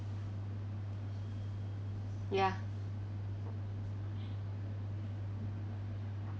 ya